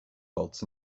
bolts